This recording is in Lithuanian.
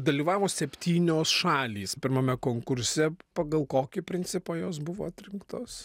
dalyvavo septynios šalys pirmame konkurse pagal kokį principą jos buvo atrinktos